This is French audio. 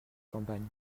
campagne